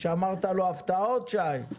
שמרת לו הפתעות, שי?